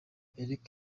eric